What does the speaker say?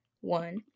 one